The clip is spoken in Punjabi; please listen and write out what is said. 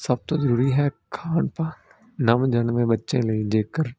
ਸਭ ਤੋਂ ਜ਼ਰੂਰੀ ਹੈ ਖਾਣ ਪਾਣ ਨਵਜਨਮੇ ਬੱਚੇ ਲਈ ਜੇਕਰ